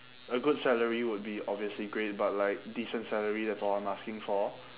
a good salary would be obviously great but like decent salary that's all I'm asking for